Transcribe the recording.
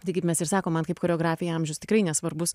kaip ir mes sakom man kaip choreografei amžius tikrai nesvarbus